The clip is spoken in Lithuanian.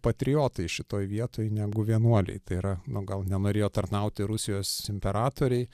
patriotai šitoj vietoj negu vienuoliai tai yra nu gal nenorėjo tarnauti rusijos imperatorei